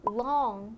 long